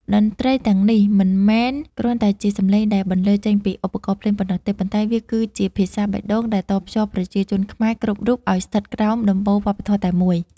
តន្ត្រីទាំងនេះមិនមែនគ្រាន់តែជាសម្លេងដែលបន្លឺចេញពីឧបករណ៍ភ្លេងប៉ុណ្ណោះទេ ប៉ុន្តែវាគឺជាភាសាបេះដូងដែលតភ្ជាប់ប្រជាជនខ្មែរគ្រប់រូបឱ្យស្ថិតក្រោមដំបូលវប្បធម៌តែមួយ។